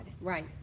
right